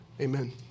Amen